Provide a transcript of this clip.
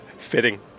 fitting